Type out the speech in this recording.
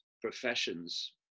professions